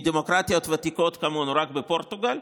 בדמוקרטיות ותיקות כמונו רק בפורטוגל,